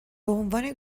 بعنوان